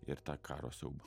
ir tą karo siaubą